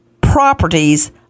properties